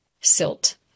Silt